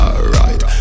Alright